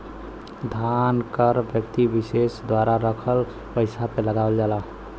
धन कर व्यक्ति विसेस द्वारा रखल पइसा पे लगावल जाला